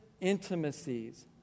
intimacies